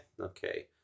okay